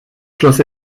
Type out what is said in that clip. schloss